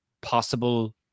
possible